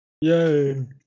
yay